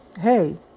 Hey